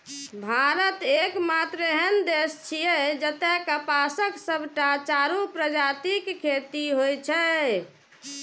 भारत एकमात्र एहन देश छियै, जतय कपासक सबटा चारू प्रजातिक खेती होइ छै